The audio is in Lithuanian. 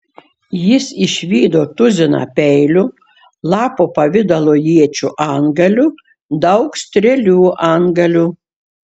jis išvydo tuziną peilių lapo pavidalo iečių antgalių daug strėlių antgalių